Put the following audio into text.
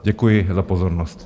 Děkuji za pozornost.